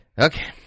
Okay